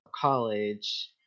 college